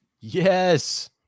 Yes